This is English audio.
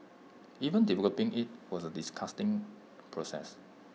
even developing IT was A disgusting process